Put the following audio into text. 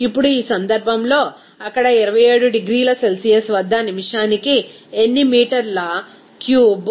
ఇప్పుడు ఈ సందర్భంలో అక్కడ 27 డిగ్రీల సెల్సియస్ వద్ద నిమిషానికి ఎన్ని మీటర్ల క్యూబ్ ప్రారంభ గ్యాస్ ప్రవహిస్తోంది